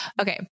Okay